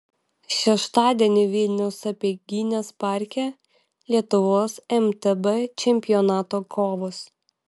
šeštadienį vilniaus sapieginės parke lietuvos mtb čempionato kovos